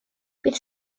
bydd